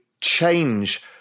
change